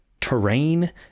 terrain